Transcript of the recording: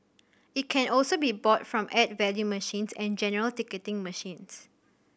it can also be bought from add value machines and general ticketing machines